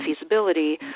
feasibility